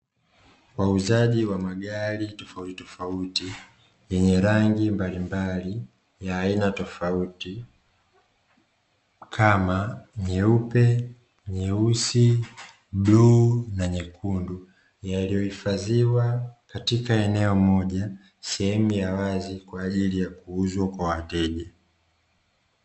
Wauzaji wa magari tofautitofauti yenye rangi mbalimbali ya aina tofauti kama nyeupe, nyeusi, bluu na nyekundu. Yaliyo hifadhiwa katika eneo moja sehemu ya wazi kwa ajili ya kuuzwa kwa wateja.